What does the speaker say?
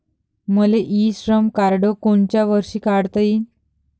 मले इ श्रम कार्ड कोनच्या वर्षी काढता येईन?